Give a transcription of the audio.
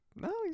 No